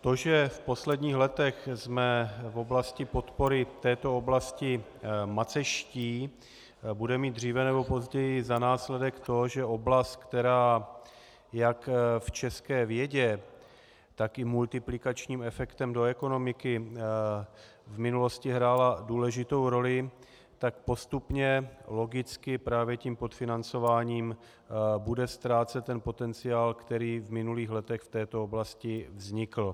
To, že v posledních letech jsme v oblasti podpory této oblasti macešští, bude mít dříve nebo později za následek to, že oblast, která jak v české vědě, tak i multiplikačním efektem do ekonomiky v minulosti hrála důležitou roli, tak postupně logicky právě tím podfinancováním bude ztrácet ten potenciál, který v minulých letech v této oblasti vznikl.